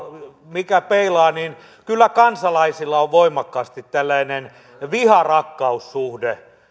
mikä peilaa kyllä kansalaisilla on voimakkaasti tällainen viha rakkaussuhde